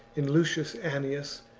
and lucius annius,